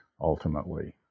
ultimately